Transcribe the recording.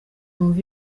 wumve